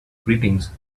greetings